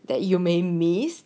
that you may miss